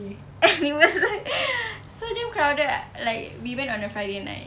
and it was like so damn crowded like we went on a friday night